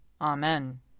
Amen